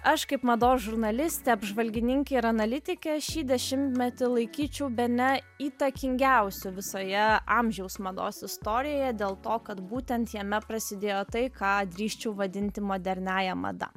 aš kaip mados žurnalistė apžvalgininkė ir analitikė šį dešimtmetį laikyčiau bene įtakingiausiu visoje amžiaus mados istorijoje dėl to kad būtent jame prasidėjo tai ką drįsčiau vadinti moderniąja mada